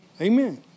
Amen